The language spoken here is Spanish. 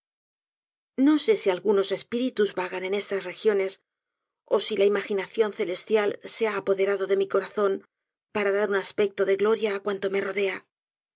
no sé si algunos espíritus vagan en estas regiones ó si la imaginación celestial se ha apoderado de mi corazón para dar un aspecto de gloria á cuanto me rodea